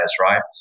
right